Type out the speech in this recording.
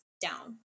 down